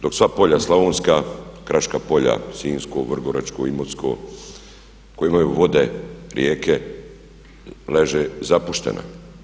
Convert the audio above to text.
Dok sva polja Slavonska, kraška polja Sinjsko, Vrgoračko, Imotsko koje imaju vode, rijeke leže zapuštena.